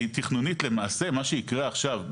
כי תכנונית למעשה מה שיקרה עכשיו,